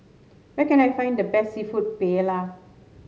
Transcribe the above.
where can I find the best seafood Paella